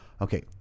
okay